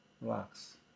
relax